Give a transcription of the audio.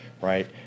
right